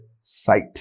sight